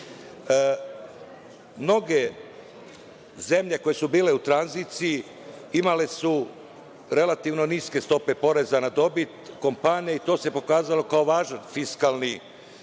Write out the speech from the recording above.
Mnoge zemlje koje su bile u tranziciji imale su relativno niske stope poreza na dobit i to se pokazalo kao važan fiskalni